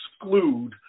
exclude